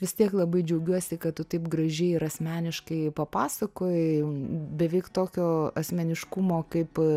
vis tiek labai džiaugiuosi kad tu taip gražiai ir asmeniškai papasakojai beveik tokio asmeniškumo kaip